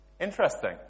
Interesting